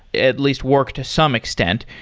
at least work to some extent.